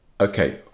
Okay